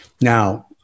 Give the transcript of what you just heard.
Now